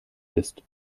ist